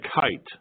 kite